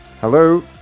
Hello